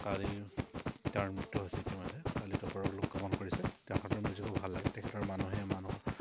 কালি তেওঁৰ মৃত্যু হৈছে ইতিমধ্যে কালিতপৰ গমন কৰিছে তেখেতৰ মিউজিকো ভাল লাগে তেখেতৰ মানুহে মানুহৰ